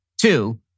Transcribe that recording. Two